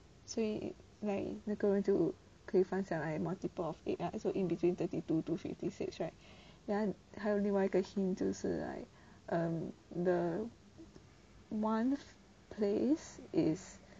所以 like 那个人就可以放下来 a multiple of eight so in between thirty two to fifty six right 然还有另外一个 hint 就是 the oneth place is